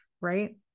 right